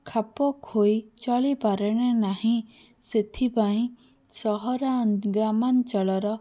ଖାପ ଖୁଆଇ ଚଳିପାରେ ନାହିଁ ସେଥିପାଇଁ ସହରା ଗ୍ରାମାଞ୍ଚଳର